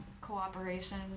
cooperation